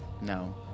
No